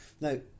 now